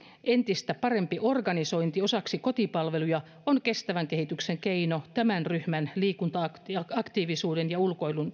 entistä parempi organisointi osaksi kotipalveluja on kestävän kehityksen keino tämän ryhmän liikunta aktiivisuuden ja ulkoilun